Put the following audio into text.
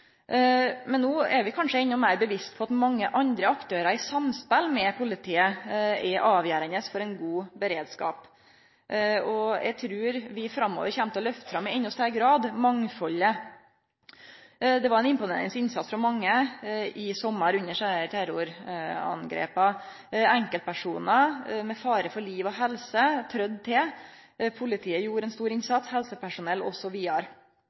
Men no er vi kanskje endå meir bevisste på at mange andre aktørar, i samspel med politiet, er avgjerande for ein god beredskap. Eg trur vi framover kjem til å lyfte fram – i endå større grad – mangfaldet. Det var ein imponerande innsats frå mange i sommar under desse terrorangrepa. Enkeltpersonar – med fare for liv og helse – trødde til, politiet gjorde ein stor